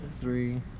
three